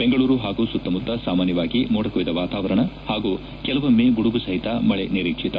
ಬೆಂಗಳೂರು ಹಾಗೂ ಸುತ್ತಮುತ್ತ ಸಾಮಾನ್ಥವಾಗಿ ಮೋಡಕವಿದ ವಾತಾವರಣ ಹಾಗೂ ಕೆಲವೊಮ್ಮೆ ಗುಡುಗು ಸಹಿತ ಮಳೆ ನಿರೀಕ್ಷಿತ